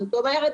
זאת אומרת,